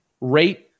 rate